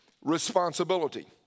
responsibility